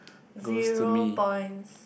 zero points